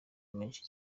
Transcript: menshi